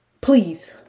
Please